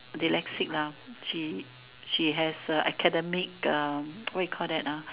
dyslexic lah she she has uh academic uh what you call that ah